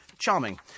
Charming